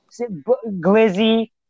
Glizzy